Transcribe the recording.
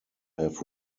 have